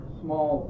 small